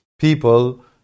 people